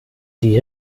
die